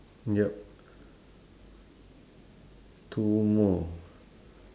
ya two more